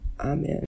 Amen